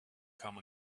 come